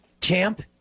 Champ